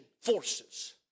forces